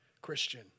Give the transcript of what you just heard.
christian